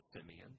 Simeon